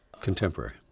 contemporary